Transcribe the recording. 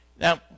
Now